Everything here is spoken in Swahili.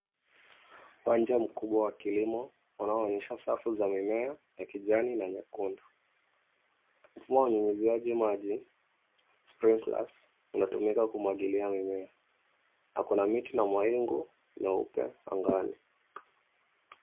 Wanja mkubwa wa kilimo unaonyesha safu za mimea ya kijani na nyekundu. Mfumo wa umwagiliaji maji sprinklers unatumika kumwagilia mimea. Hakuna miti na mawingu meupe angani.